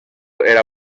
era